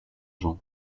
jean